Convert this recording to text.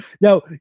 Now